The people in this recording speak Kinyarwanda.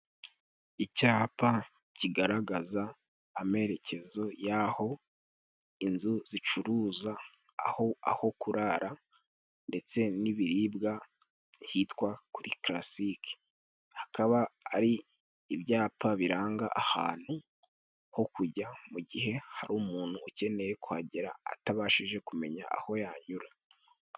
Icyapa kigaragaza amerekezo y'aho inzu zicuruza aho aho kurara ndetse n'ibiribwa hitwa kuri Kalasike. Hakaba hari ibyapa biranga ahantu ho kujya mu gihe hari umuntu ukeneye kuhagera atabashije kumenya aho yanyura.